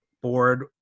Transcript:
board